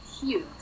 huge